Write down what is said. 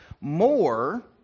more